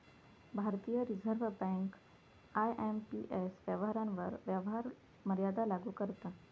भारतीय reserve bank IMPS व्यवहारांवर व्यवहार मर्यादा लागू करता